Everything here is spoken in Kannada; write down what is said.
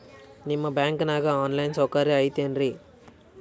ನಿಮ್ಮ ಬ್ಯಾಂಕನಾಗ ಆನ್ ಲೈನ್ ಸೌಕರ್ಯ ಐತೇನ್ರಿ?